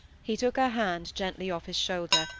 he took her hand gently off his shoulder,